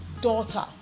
daughter